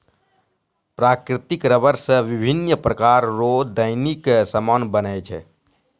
प्राकृतिक रबर से बिभिन्य प्रकार रो दैनिक समान बनै छै